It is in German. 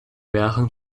mehreren